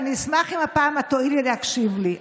ואני אשמח אם הפעם את תואילי להקשיב לי.